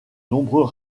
nombreux